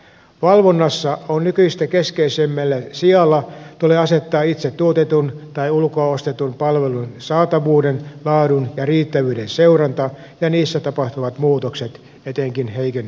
valvonnassa nykyistä keskeisemmälle sijalle tulee asettaa itse tuotetun tai ulkoa ostetun palvelun saatavuuden laadun ja riittävyyden seuranta ja niissä tapahtuvat muutokset etenkin heikennykset